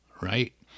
right